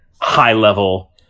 high-level